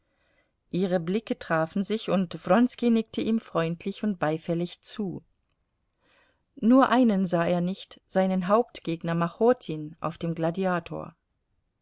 ihre blicke trafen sich und wronski nickte ihm freundlich und beifällig zu nur einen sah er nicht seinen hauptgegner machotin auf dem gladiator